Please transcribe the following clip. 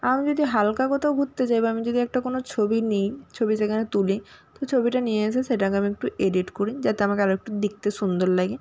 আমি যদি হালকা কোথাও ঘুরতে যাই বা যদি একটা কোনো ছবি নিই ছবি সেখানে তুলি তো ছবিটা নিয়ে এসে সেটাকে আমি একটু এডিট করি যাতে আমাকে আরও একটু দেখতে সুন্দর লাগে